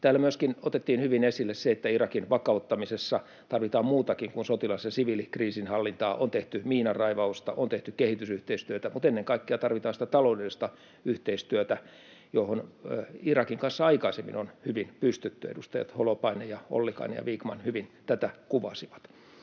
Täällä myöskin otettiin hyvin esille se, että Irakin vakauttamisessa tarvitaan muutakin kuin sotilas‑ ja siviilikriisinhallintaa. On tehty miinanraivausta, on tehty kehitysyhteistyötä, mutta ennen kaikkea tarvitaan sitä taloudellista yhteistyötä, johon Irakin kanssa aikaisemmin on hyvin pystytty. Edustajat Holopainen ja Ollikainen ja Vikman hyvin tätä kuvasivat.